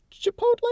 chipotle